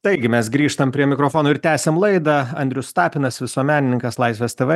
taigi mes grįžtam prie mikrofono ir tęsiam laidą andrius tapinas visuomenininkas laisvės tv